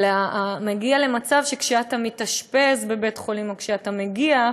אבל אתה מגיע למצב שכאשר אתה מתאשפז בבית-חולים או כשאתה מגיע,